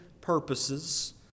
purposes